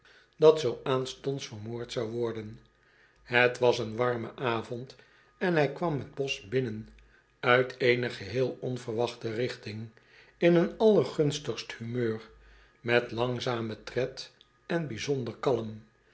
dat zoo aanstonds vermoord zou worden het was een warme avond en hij kwam t bosch binnen uit eene geheel onverwachte richting in een allergunstigst humeur met langzamen tred en bijzonder kalm